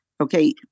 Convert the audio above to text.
okay